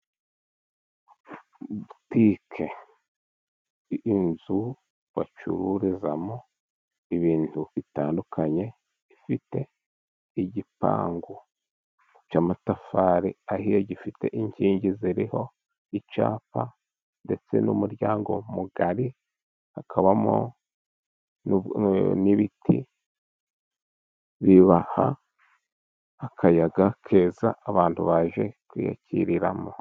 Butike. Inzu bacururizamo ibintu bitandukanye, ifite igipangu cy'amatafari ahiye, gifite inkingi ziriho icyapa, ndetse n'umuryango mugari, hakabamo n'ibiti bibaha akayaga keza, abantu baje kwiyakiriramo.